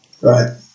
Right